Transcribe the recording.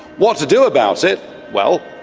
what to do about it? well,